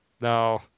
No